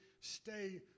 stay